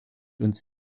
uns